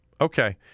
Okay